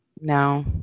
No